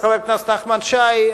חבר הכנסת נחמן שי,